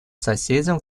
соседям